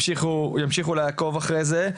שימשיכו לעקוב אחרי הנושא.